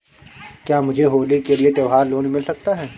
क्या मुझे होली के लिए त्यौहार लोंन मिल सकता है?